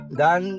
dan